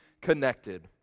connected